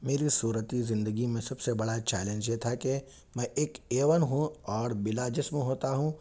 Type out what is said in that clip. میری صورتی زندگی میں سب سے بڑا چیلنج یہ تھا کہ میں ایک اے ون ہوں اور بلاجسم ہوتا ہوں